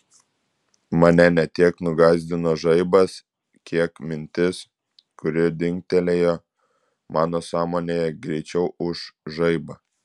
mane ne tiek nugąsdino žaibas kiek mintis kuri dingtelėjo mano sąmonėje greičiau už žaibą